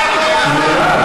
מירב, סליחה.